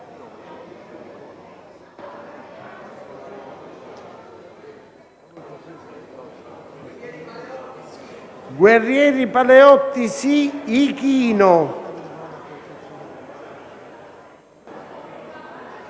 Guerrieri Paleotti Ichino,